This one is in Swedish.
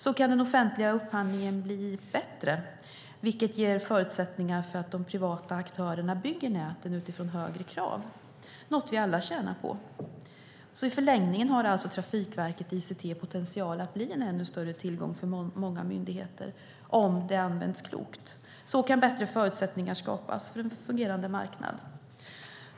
Så kan den offentliga upphandlingen bli bättre, vilket ger förutsättningar för att de privata aktörerna bygger näten utifrån högre krav, något som vi alla tjänar på. I förlängningen har alltså Trafikverket ICT potential att bli en ännu större tillgång för många myndigheter, om det används klokt. Så kan bättre förutsättningar skapas för en fungerande marknad.